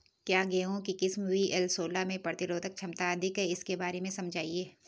क्या गेहूँ की किस्म वी.एल सोलह में प्रतिरोधक क्षमता अधिक है इसके बारे में समझाइये?